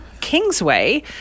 Kingsway